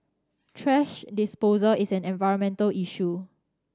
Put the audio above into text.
thrash disposal is an environmental issue